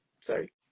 Sorry